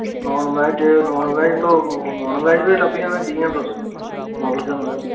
नान veg non veg तो non veg बी लब्भी जियां तुस बोलगे महाराज